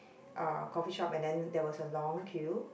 uh coffee shop and then there was a long queue